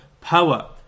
power